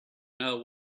know